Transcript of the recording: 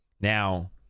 Now